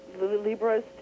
Libras